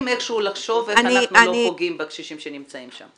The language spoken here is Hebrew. איכשהו לחשוב איך אנחנו לא פוגעים בקשישים שנמצאים שם.